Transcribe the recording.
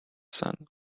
son